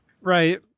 Right